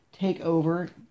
takeover